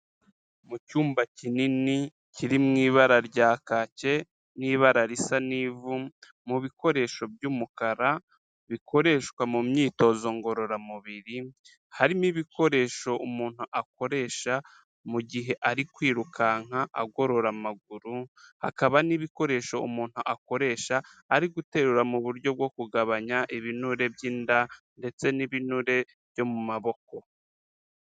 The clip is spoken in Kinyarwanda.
Mu cyumba kinini kiri mu ibara rya kake n'ibara risa n'ivu, mu bikoresho by'umukara bikoreshwa mu myitozo ngororamubiri, harimo ibikoresho umuntu akoresha mu gihe ari kwirukanka agorora amaguru, hakaba n'ibikoresho umuntu akoresha ari guterura mu buryo bwo kugabanya ibinure by'inda ndetse n'ibinure byo mu maboko.